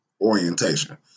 orientation